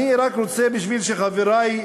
אני רק רוצה בשביל שחברי,